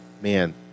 man